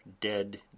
dead